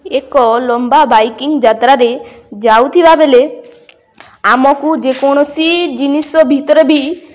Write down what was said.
ଏକ ଲମ୍ବା ବାଇକିଂ ଯାତ୍ରାରେ ଯାଉଥିବା ବେଲେ ଆମକୁ ଯେକୌଣସି ଜିନିଷ ଭିତରେ ବି